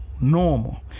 normal